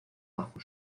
bajo